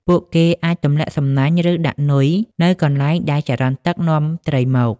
ពួកគេអាចទម្លាក់សំណាញ់ ឬដាក់នុយនៅកន្លែងដែលចរន្តទឹកនាំត្រីមក។